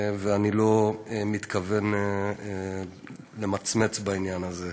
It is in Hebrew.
ואני לא מתכוון למצמץ בעניין הזה.